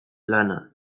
lana